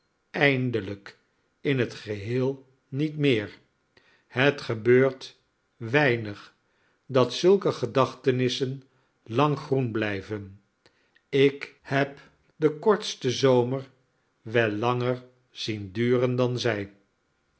eindelijk in het geheel niet meer het gebeurt weinig dat zulke gedachtenissen lang groen blijven ik heb den kortsten zomer wel langer zien duren dan zij